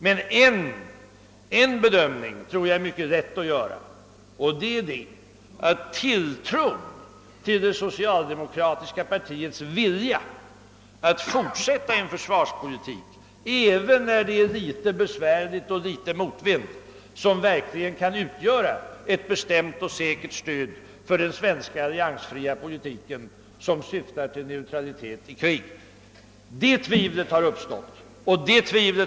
Men en bedömning anser jag vara lätt att göra, och det är att tilltron till det socialdemokratiska partiets vilja att fortsätta en försvarspolitik — även när det är litet besvärligt och motigt — som verkligen kan utgöra ett bestämt och säkert stöd för den svenska alliansfria politiken, som syftar till neutralitet i krig, den har dragits i tvivelsmål.